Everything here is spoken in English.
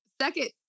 second